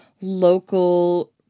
local